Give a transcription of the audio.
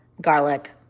garlic